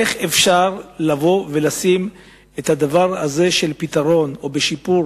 איך אפשר לבוא ולמצוא את הפתרון לשיפור